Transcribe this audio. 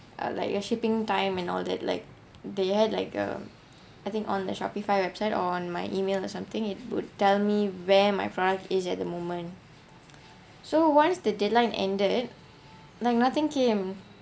uh like a shipping time and all that like they had like a I think on that shopify website or on my email or something it would tell me where my product is at the moment so once the deadline ended like nothing came